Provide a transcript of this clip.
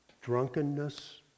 drunkenness